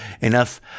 enough